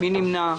מי נמנע?